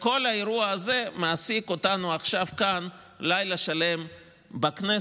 כל האירוע הזה מעסיק אותנו עכשיו כאן לילה שלם בכנסת,